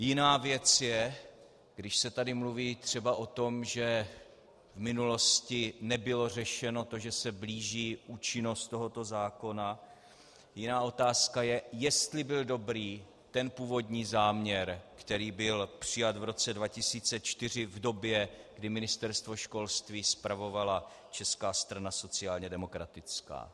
Jiná věc je, když se tady mluví třeba o tom, že v minulosti nebylo řešeno to, že se blíží účinnost tohoto zákona, jiná otázka je, jestli byl dobrý ten původní záměr, který byl přijat v roce 2004 v době, kdy Ministerstvo školství spravovala Česká strana sociálně demokratická.